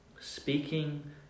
speaking